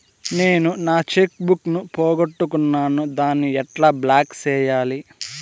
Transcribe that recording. నేను నా cheque book ను పోగొట్టుకున్నాను దాన్ని ఎట్లా బ్లాక్ సేయాలి?